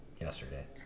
yesterday